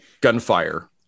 gunfire